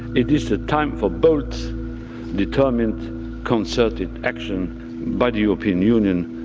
it is the time for both determined concerted action by the european union,